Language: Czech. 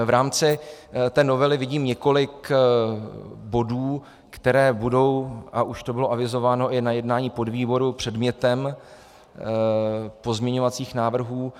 V rámci novely vidím několik bodů, které budou a už to bylo avizováno i na jednání podvýboru předmětem pozměňovacích návrhů.